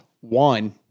one